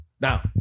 Now